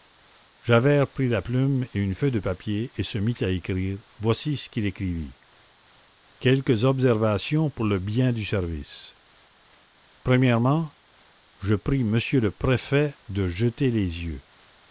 javert prit la plume et une feuille de papier et se mit à écrire voici ce qu'il écrivit quelques observations pour le bien du service premièrement je prie monsieur le préfet de jeter les yeux